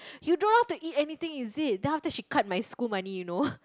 you don't know how to eat anything is it then after that she cut my school money you know